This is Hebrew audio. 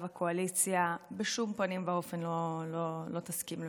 הקואליציה בשום פנים ואופן לא תסכים לוותר.